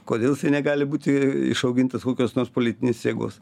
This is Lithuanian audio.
kodėl jisai negali būti išaugintas kokios nors politinės jėgos